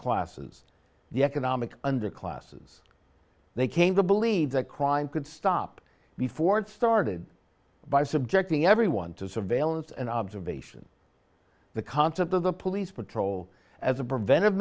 classes the economic underclasses they came to believe that crime could stop before it started by subjecting everyone to surveillance and observation the concept of the police patrol as a preventive